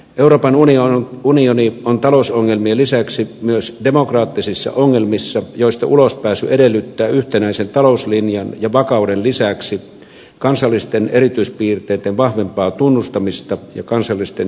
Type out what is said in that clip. euroopan unioni on talousongelmien lisäksi myös demokraattisissa ongelmissa joista ulospääsy edellyttää yhtenäisen talouslinjan ja vakauden lisäksi kansallisten erityispiirteitten vahvempaa tunnustamista ja kansallisten joustojen sallimista